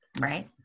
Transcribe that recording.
Right